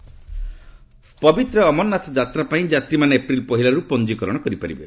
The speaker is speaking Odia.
ଅମରନାଥ ଯାତ୍ରା ପବିତ୍ର ଅମରନାଥ ଯାତ୍ରା ପାଇଁ ଯାତ୍ରୀମାନେ ଏପ୍ରିଲ୍ ପହିଲାରୁ ପଞ୍ଜିକରଣ କରିପାରିବେ